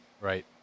right